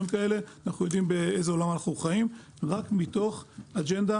כאלה אנחנו יודעים באיזה עולם אנחנו חיים אלא רק מתוך אג'נדה